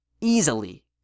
easily